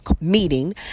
meeting